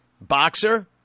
boxer